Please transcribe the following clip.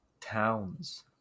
towns